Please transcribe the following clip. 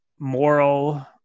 moral